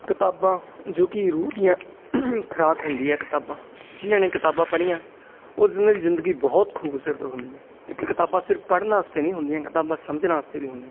ਕਿਤਾਬਾਂ ਜੋ ਕਿ ਰੂਹ ਦੀਆਂ ਖੁਰਾਕ ਹੁੰਦੀ ਹੈ ਕਿਤਾਬਾਂ ਜਿਨ੍ਹਾਂ ਨੇ ਕਿਤਾਬਾਂ ਪੜ੍ਹੀਆਂ ਉਸ ਉਹਨਾਂ ਦੀ ਜ਼ਿੰਦਗੀ ਬਹੁਤ ਖੂਬਸੂਰਤ ਹੁੰਦੀ ਹੈ ਕਿਉਂਕਿ ਕਿਤਾਬਾਂ ਸਿਰਫ ਪੜਨ ਵਾਸਤੇ ਨਹੀਂ ਹੁੰਦੀਆਂ ਕਿਤਾਬਾਂ ਸਮਝਣ ਵਾਸਤੇ ਵੀ ਹੁੰਦੀਆਂ